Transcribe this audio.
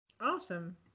Awesome